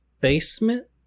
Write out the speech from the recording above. basement